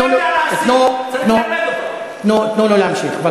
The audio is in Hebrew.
תן לו להמשיך.